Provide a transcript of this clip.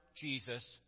Jesus